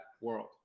world